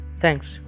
Thanks